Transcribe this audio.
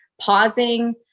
pausing